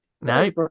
No